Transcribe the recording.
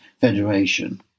Federation